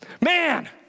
Man